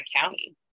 county